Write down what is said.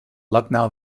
lucknow